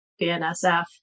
BNSF